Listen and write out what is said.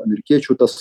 amerikiečių tas